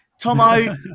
Tomo